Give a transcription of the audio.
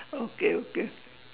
okay okay